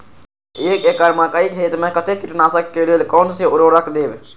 एक एकड़ मकई खेत में कते कीटनाशक के लेल कोन से उर्वरक देव?